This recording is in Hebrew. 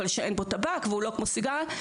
אבל שאין בו טבק והוא לא כמו סיגריה.